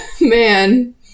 man